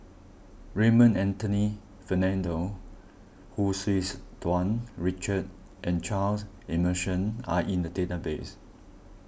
Raymond Anthony Fernando Hu Tsu's Tau Richard and Charles Emmerson are in the database